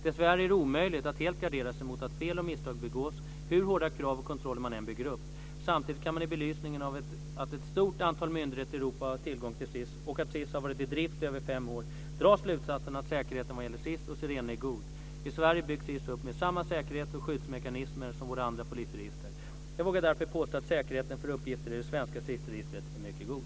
Dessvärre är det omöjligt att helt gardera sig mot att fel och misstag begås, hur hårda krav och kontroller man än bygger upp. Samtidigt kan man i belysning av att ett stort antal myndigheter i Europa har tillgång till SIS och att SIS har varit i drift i över fem år dra slutsatsen att säkerheten vad gäller SIS och Sirene är god. I Sverige byggs SIS upp med samma säkerhets och skyddsmekanismer som våra andra polisregister. Jag vågar därför påstå att säkerheten för uppgifter i det svenska SIS-registret är mycket god.